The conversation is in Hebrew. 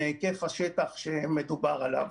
מהיקף השטח שמדובר עליו.